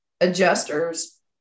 adjusters